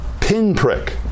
pinprick